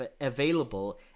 available